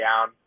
down